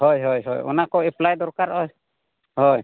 ᱦᱳᱭ ᱦᱳᱭ ᱦᱳᱭ ᱚᱱᱟ ᱠᱚ ᱮᱯᱞᱟᱭ ᱫᱚᱨᱠᱟᱨᱚᱜᱼᱟ ᱦᱳᱭ